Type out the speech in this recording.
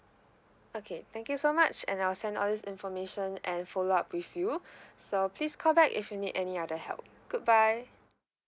okay thank you so much and I'll send all this information and follow up with you so please call back if you need any other help goodbye